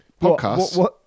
Podcasts